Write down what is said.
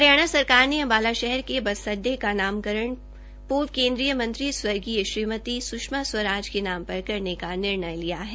हरियाणा सरकार ने अम्बाला शहर के बस अड्डे का नामकरण पूर्व केन्द्रीय मंत्री स्वर्गीय स्षमा स्वराज के नाम पर करने का निर्णय लिया है